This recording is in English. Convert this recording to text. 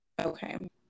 Okay